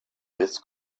this